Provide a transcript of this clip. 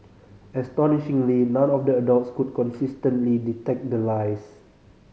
astonishingly none of the adults could consistently detect the lies